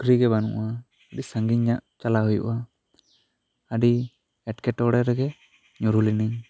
ᱯᱩᱠᱷᱨᱤ ᱜᱮ ᱵᱟᱹᱱᱩᱜᱼᱟ ᱟᱹᱰᱤ ᱥᱟᱺᱜᱤᱧ ᱧᱚᱸᱜ ᱪᱟᱞᱟᱣ ᱦᱩᱭᱩᱜᱼᱟ ᱟᱹᱰᱤ ᱮᱴᱠᱮᱴᱚᱬᱮ ᱨᱮᱜᱮ ᱧᱩᱨᱩ ᱞᱮᱱᱤᱧ